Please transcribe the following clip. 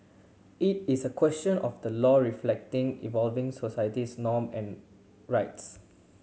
it is a question of the law reflecting evolving societies norm and rights